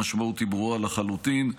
המשמעות היא ברורה לחלוטין.